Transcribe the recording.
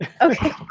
Okay